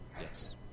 Yes